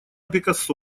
пикассо